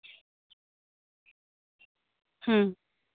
ᱦᱩᱸ